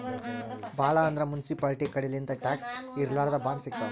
ಭಾಳ್ ಅಂದ್ರ ಮುನ್ಸಿಪಾಲ್ಟಿ ಕಡಿಲಿಂತ್ ಟ್ಯಾಕ್ಸ್ ಇರ್ಲಾರ್ದ್ ಬಾಂಡ್ ಸಿಗ್ತಾವ್